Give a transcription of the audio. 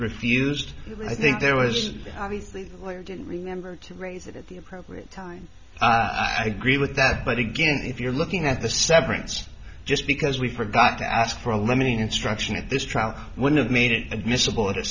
refused i think there was obviously remember to raise it at the appropriate time agree with that but again if you're looking at the severance just because we forgot to ask for a limiting instruction at this trial would have made it admissible at a